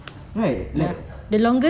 right like